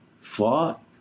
fought